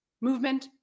movement